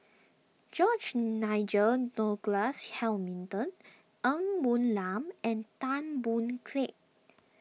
George Nigel Douglas Hamilton Ng Woon Lam and Tan Boon Teik